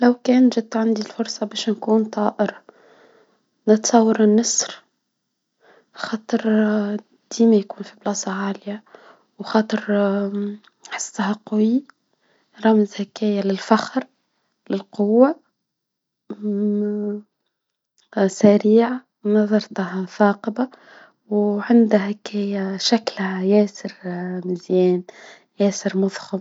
لو كان جت عندي الفرصة باش نكون طائر نتصور النسر خاطر عالية وخاطرها قوي رمز هكايا للفخر للقوة سر نزرتها فاقدة وعندها شكلها ياسر مزيان ياسر مفخم.